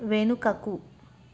వెనుకకు